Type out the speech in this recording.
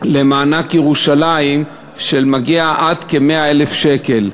למענק ירושלים שמגיע עד כ-100,000 שקל.